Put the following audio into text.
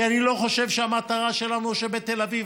כי אני לא חושב שהמטרה שלנו היא שבתל אביב,